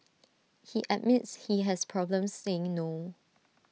he admits he has problems saying no